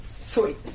Sweet